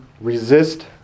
resist